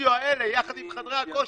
והסטודיו האלה יחד עם חדרי הכושר,